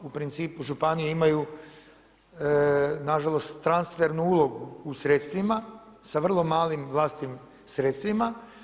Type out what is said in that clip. U principu županije imaju nažalost transfernu ulogu u sredstvima sa vrlo malim vlastitim sredstvima.